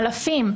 אלפי אנשים,